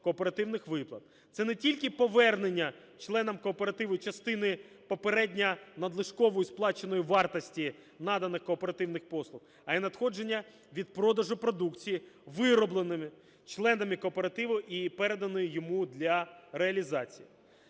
Це не тільки повернення членам кооперативу частини попередньо надлишкової сплаченої вартості наданих кооперативних послуг, а й надходження від продажу продукції, виробленої членами кооперативу і переданої йому для реалізації.